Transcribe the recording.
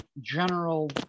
general